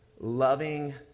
loving